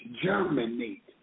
germinate